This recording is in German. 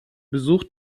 besuch